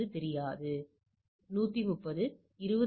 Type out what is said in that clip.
எனவே இது சோதனை புள்ளிவிவரம்